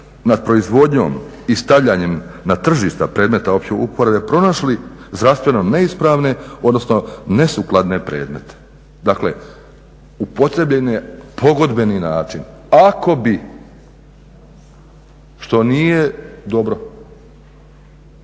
nad proizvodnjom i stavljanjem na tržišta predmeta opće uporabe pronašli zdravstveno neispravne, odnosno nesukladne predmete. Dakle upotrijebljen je pogodbeni način ako bi, što nije dobro